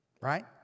right